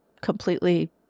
completely